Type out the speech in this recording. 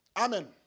Amen